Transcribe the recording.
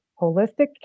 holistic